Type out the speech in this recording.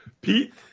Pete